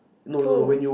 two